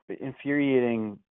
infuriating